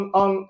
on